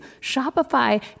Shopify